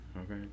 Okay